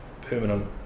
permanent